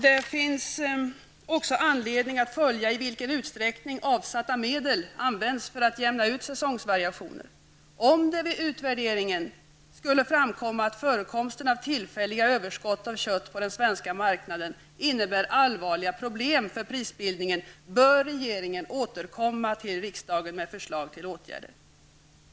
Det finns också anledning att följa i vilken utsträckning avsatta medel används för att jämna ut säsongsvariationer. Om det vid utvärderingen skulle framkomma att förekomsten av tillfälliga överskott av kött på den svenska marknaden innebär allvarliga problem för prisbildningen, bör regeringen återkomma till riksdagen med förslag till åtgärder.